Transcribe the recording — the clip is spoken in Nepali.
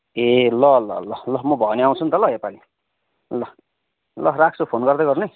ए ल ल ल ल म भयो भने आउँछु नि त ल योपालि ल राख्छु फोन गर्दै गर्नु है